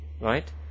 Right